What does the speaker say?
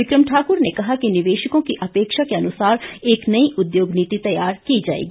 विक्रम ठाकुर ने कहा कि निवेशकों की अपेक्षा के अनुसार एक नई उद्योग नीति तैयार की जाएगी